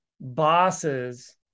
bosses